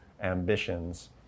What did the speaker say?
ambitions